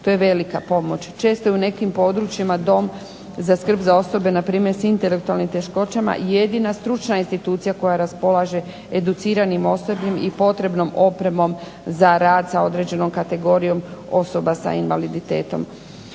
To je velika pomoć. Često je u nekim područjima dom za skrb za osobe na primjer sa intelektualnim teškoćama jedina stručna institucija koja raspolaže educiranim osobljem i potrebnom opremom za rad sa određenom kategorijom osoba sa invaliditetom.